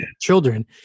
children